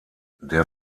der